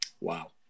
Wow